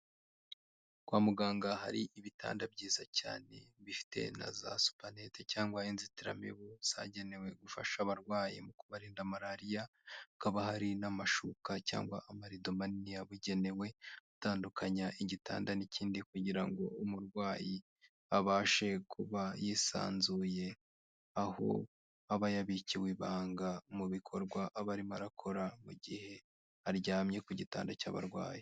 Kwa muganga hari ibitanda byiza cyane, bifite na za supanete cyangwa inzitiramibu zagenewe gufasha abarwayi mu kubarinda malariya, hakaba hari n'amashuka cyangwa amarido manini yabugenewe, atandukanya igitanda n'ikindi kugira ngo umurwayi abashe kuba yisanzuye, aho aba yabikiwe ibanga mu bikorwa aba arimo arakora mu gihe aryamye ku gitanda cy'abarwayi.